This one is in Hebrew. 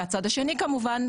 מהצד השני כמובן,